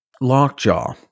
lockjaw